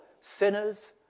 sinners